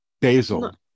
Basil